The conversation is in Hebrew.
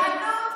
השרה דיסטל.